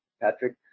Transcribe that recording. Patrick